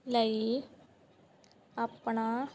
ਲਈ ਆਪਣਾ